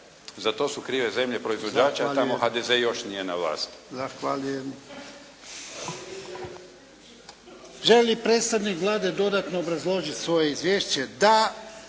za to su krive zemlje proizvođača, tamo HDZ još nije na vlasti.